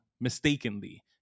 mistakenly